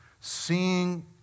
seeing